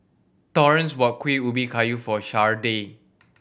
Torrence bought Kuih Ubi Kayu for Sharday